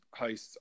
heists